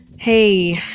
Hey